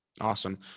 Awesome